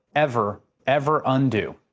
ever, ever undo.